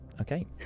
Okay